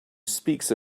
speaks